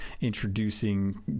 introducing